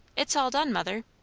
it's all done, mother.